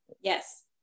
Yes